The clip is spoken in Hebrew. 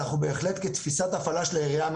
כתפיסת הפעלה של העירייה,